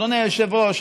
אדוני היושב-ראש,